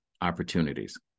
opportunities